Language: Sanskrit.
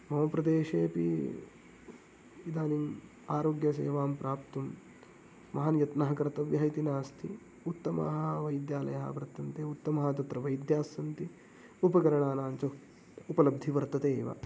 मम प्रदेशेपि इदानीम् आरोग्यसेवां प्राप्तुं महान् यत्नः कर्तव्यः इति नास्ति उत्तमाः वैद्यालयाः वर्तन्ते उत्तमाः तत्र वैद्याः सन्ति उपकरणानाञ्च उपलब्धिः वर्तते एव